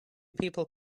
people